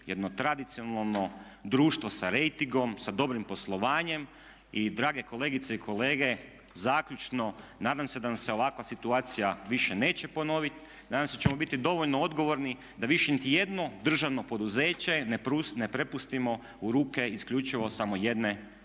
jedno tradicionalno društvo sa rejtingom, sa dobrim poslovanjem. I drage kolegice i kolege, zaključno, nadam se da nam se ovakva situacija više neće ponoviti. Nadam se da ćemo biti dovoljno odgovorni da više niti jedno državno poduzeće ne prepustimo u ruke isključivo samo jedne